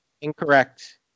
incorrect